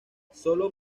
sólo